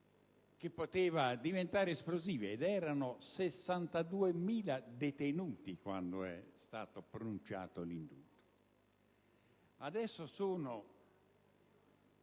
che poteva diventare esplosiva: vi erano 62.000 detenuti quando è stato pronunciato l'indulto. Adesso sono